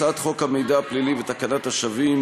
הצעת חוק המידע הפלילי ותקנת השבים,